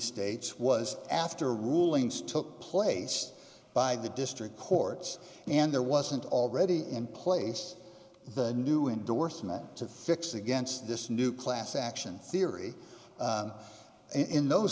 states was after rulings took place by the district courts and there wasn't already in place the new indorsement to fix against this new class action theory in those